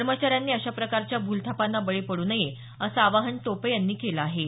कर्मचाऱ्यांनी अशा प्रकारच्या भूलथापांना बळी पडू नये असं आवाहन टोपे यांनी केलं आहे